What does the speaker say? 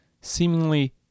seemingly